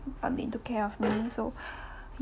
um they took care of me so